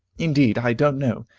indeed i don't know.